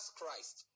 christ